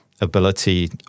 ability